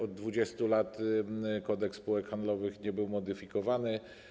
Od 20 lat Kodeks spółek handlowych nie był modyfikowany.